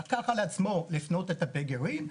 לקח על עצמו לפנות את הפגרים,